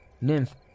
Nymph